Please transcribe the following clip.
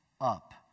up